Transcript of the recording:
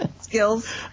Skills